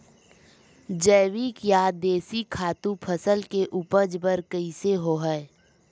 जैविक या देशी खातु फसल के उपज बर कइसे होहय?